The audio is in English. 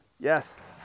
Yes